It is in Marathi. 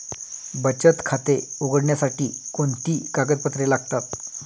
बचत खाते उघडण्यासाठी कोणती कागदपत्रे लागतात?